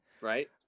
right